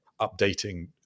updating